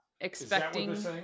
expecting